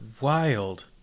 Wild